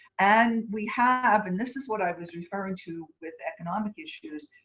and we have, and this is what i was referring to with economic issues,